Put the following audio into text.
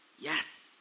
yes